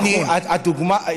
להפך.